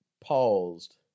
paused